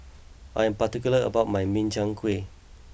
I am particular about my Min Chiang Kueh